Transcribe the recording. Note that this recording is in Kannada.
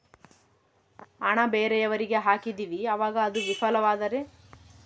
ಹಣ ಬೇರೆಯವರಿಗೆ ಹಾಕಿದಿವಿ ಅವಾಗ ಅದು ವಿಫಲವಾದರೆ?